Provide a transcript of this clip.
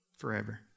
forever